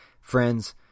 Friends